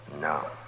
No